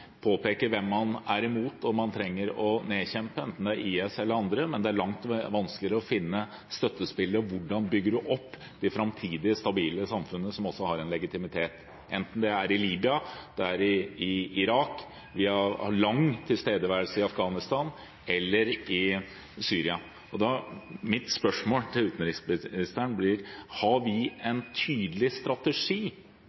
hvem man er imot og trenger å nedkjempe, enten det er IS eller andre, mens det er langt vanskeligere å finne støttespillere. Hvordan bygger man opp det framtidige, stabile samfunnet som også har en legitimitet, enten det er i Libya, i Irak, i Afghanistan, hvor vi har hatt langvarig tilstedeværelse, eller i Syria? Mitt spørsmål til utenriksministeren blir: Har vi en